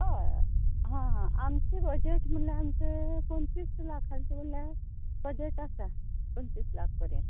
हय हा हा आमचें बजट म्हणल्या आमचें पंचवीस लाखांचें म्हणल्या बजट आसा पंचवीस लाख पर्यंत